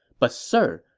but sir,